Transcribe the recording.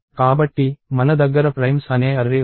కాబట్టి మన దగ్గర ప్రైమ్స్ అనే అర్రే ఉంది